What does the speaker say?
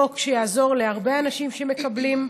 חוק שיעזור להרבה אנשים שמקבלים קצבאות,